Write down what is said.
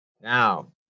Now